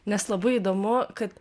nes labai įdomu kad